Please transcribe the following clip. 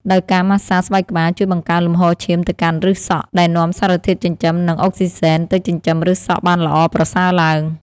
ដោយការម៉ាស្សាស្បែកក្បាលជួយបង្កើនលំហូរឈាមទៅកាន់ឫសសក់ ដែលនាំសារធាតុចិញ្ចឹម និងអុកស៊ីហ្សែនទៅចិញ្ចឹមឫសសក់បានល្អ ប្រសើរឡើង។